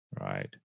Right